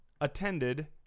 attended